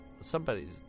somebody's